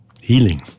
healing